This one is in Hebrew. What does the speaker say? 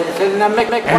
לנמק.